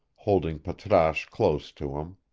holding patrasche close to him.